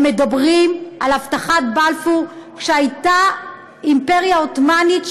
הם מדברים על הבטחת בלפור כשהייתה אימפריה עות'מאנית,